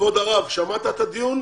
כבוד הרב, שמעת את הדיון?